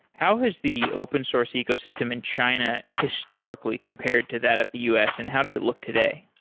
how has the open source ecosystem in china historically compared to that of the u s. and how does it look today?